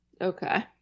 Okay